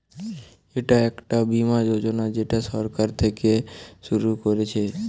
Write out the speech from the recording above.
এটা একটা বীমা যোজনা যেটা সরকার থিকে শুরু করছে